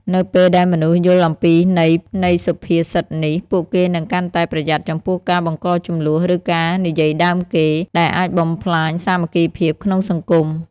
នៅពេលដែលមនុស្សយល់អំពីន័យនៃសុភាសិតនេះ ពួកគេនឹងកាន់តែប្រយ័ត្នចំពោះការបង្កជម្លោះ ឬការនិយាយដើមគេ ដែលអាចបំផ្លាញសាមគ្គីភាពក្នុងសង្គម។